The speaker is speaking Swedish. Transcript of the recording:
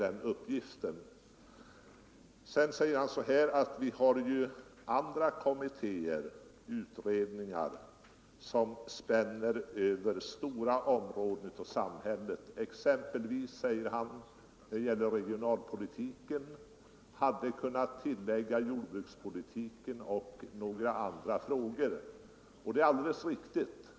Onsdagen den Vi har ju andra utredningar, säger herr Granstedt, som spänner över 13 november 1974 stora områden av samhället, och herr Granstedt nämnde som exempel I regionalpolitiken. Han hade kunnat nämna också jordbrukspolitiken och Handlingsprogram några andra frågor. Det är alltså riktigt som herr Granstedt säger.